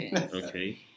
Okay